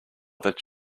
that